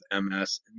MS